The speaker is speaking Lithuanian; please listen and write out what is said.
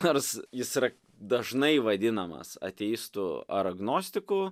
nors jis yra dažnai vadinamas ateistu ar agnostiku